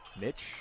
Mitch